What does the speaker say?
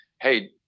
hey